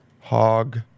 Hog